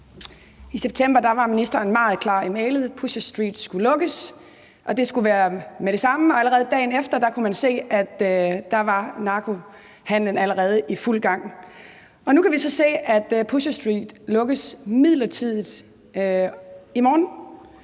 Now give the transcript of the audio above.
I september var ministeren meget klar i mælet: Pusher Street skulle lukkes, og det skulle være med det samme. Men allerede dagen efter kunne man se, at narkohandelen allerede var i fuld gang igen. Nu kan vi så se, at Pusher Street lukkes midlertidigt i morgen,